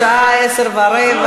השעה 22:15,